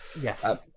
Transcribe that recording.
Yes